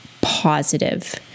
positive